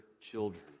children